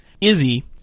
izzy